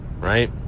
right